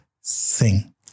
sing